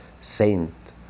saint